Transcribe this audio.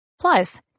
plus